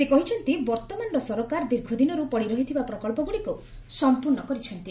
ସେ କହିଛନ୍ତି ବର୍ତ୍ତମାନର ସରକାର ଦୀର୍ଘଦିନରୁ ପଡିରହିଥିବା ପ୍ରକବ୍ଧଗୁଡିକୁ ସମ୍ପୂର୍ଣ୍ଣ କରିଛନ୍ତି